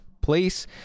place